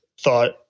thought